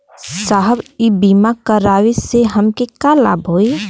साहब इ बीमा करावे से हमके का लाभ होई?